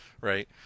right